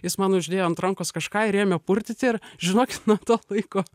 jis man uždėjo ant rankos kažką ir ėmė purtyti ir žinokit nuo to laiko